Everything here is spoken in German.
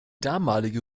damalige